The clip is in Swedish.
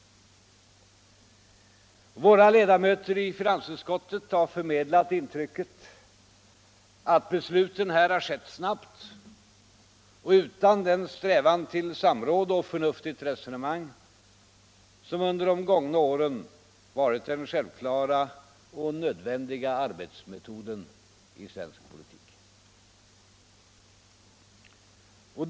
Våra ledamöter i finansutskottet har förmedlat intrycket, att besluten där har fattats snabbt och utan den strävan till samråd och förnuftigt resonemang som under de gångna åren varit den självklara och nödvändiga arbetsmetoden i svensk politik.